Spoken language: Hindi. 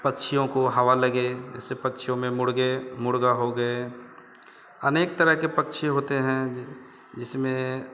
पक्षियों को हवा लगे जैसे पक्षियों में मुर्ग़े मुर्ग़ा हो गए अनेक तरह के पक्षी होते हैं जी जिसमें